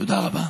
תודה רבה.